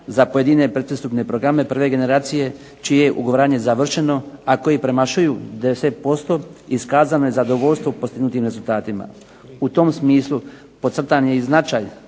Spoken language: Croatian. za pojedine pretpristupne programe prve generacije čije je ugovaranje završeno, a koji premašuju 10% iskazano je zadovoljstvo postignutim rezultatima. U tom smislu podcrtan je i značaj